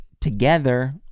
together